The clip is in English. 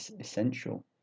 essential